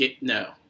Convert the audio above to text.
no